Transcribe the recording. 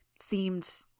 seemed